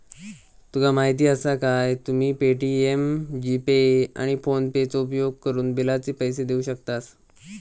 तुका माहीती आसा काय, तुम्ही पे.टी.एम, जी.पे, आणि फोनेपेचो उपयोगकरून बिलाचे पैसे देऊ शकतास